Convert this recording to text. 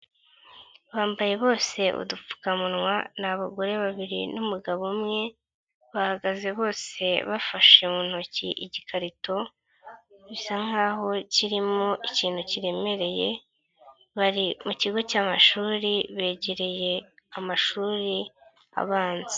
Bambaye bose udupfukamunwa, ni abagore babiri n'umugabo umwe, bahagaze bose bafashe mu ntoki igikarito bisa nkaho kirimo ikintu kiremereye, bari mu kigo cy'amashuri begereye amashuri abanza.